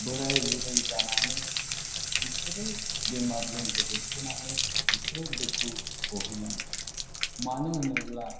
बोराय बुरै जानानै बिसोरो बेमारजों गोदोसोनानै बिसोर दुखु बुगिनांगौ मानो होनोब्ला